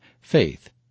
Faith